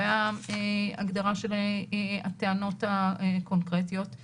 ושל היושב-ראש לעניין ההוכחות לעניין עצור או